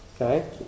Okay